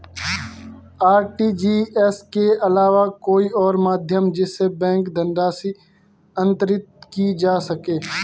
RTGS के अलावा कोई और माध्यम जिससे बैंक धनराशि अंतरित की जा सके?